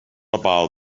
about